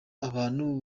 abantu